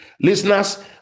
Listeners